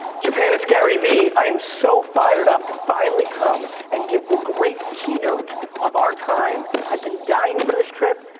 japan, it's gary vee, i am so fired up to finally come and give the great keynote of our time, i've been dying for this trip.